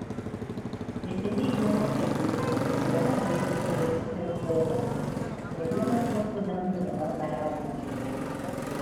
neseniai jonas kalbėjosi su viena dėstytoja iš lvovo ne vienas jos studentų dabar kariauja